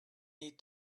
need